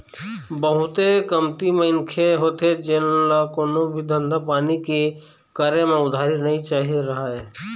बहुते कमती मनखे होथे जेन ल कोनो भी धंधा पानी के करे म उधारी नइ चाही रहय